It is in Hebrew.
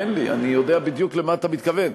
אני יודע בדיוק למה אתה מתכוון.